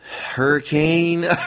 Hurricane